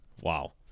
Wow